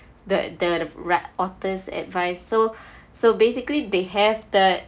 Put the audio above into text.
the the re~ author's advice so so basically they have that